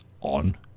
on